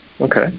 Okay